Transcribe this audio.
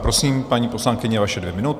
Prosím, paní poslankyně, vaše dvě minuty.